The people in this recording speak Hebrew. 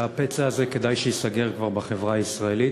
והפצע הזה, כדאי שייסגר כבר בחברה הישראלית.